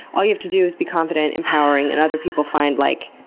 all you have to do is be confident empowering, and other people find like